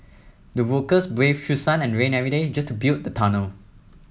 the workers braved through sun and rain every day just to build the tunnel